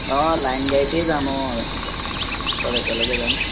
অ line গাড়ীতেই যাম অ সব একেলগে যাম